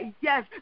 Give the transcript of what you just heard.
yes